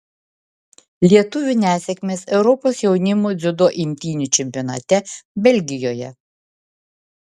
lietuvių nesėkmės europos jaunimo dziudo imtynių čempionate belgijoje